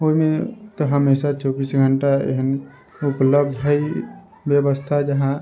ओइमे तऽ हमेशा चौबीस घण्टा एहन उपलब्ध हय व्यवस्था जहाँ